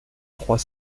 trois